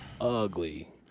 ugly